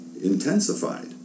intensified